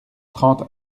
trente